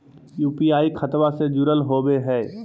UPI खतबा से जुरल होवे हय?